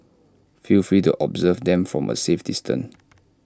feel free to observe them from A safe distance